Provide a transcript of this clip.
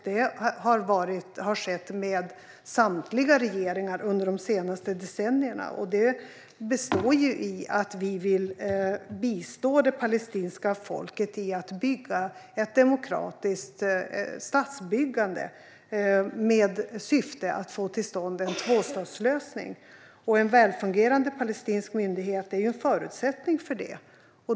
Det har skett med samtliga regeringar under de senaste decennierna. Det består i att vi vill bistå det palestinska folket i ett demokratiskt statsbyggande med syfte att få till stånd en tvåstatslösning. En välfungerande palestinsk myndighet är en förutsättning för det.